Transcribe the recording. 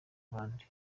abandi